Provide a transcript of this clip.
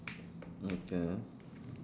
okay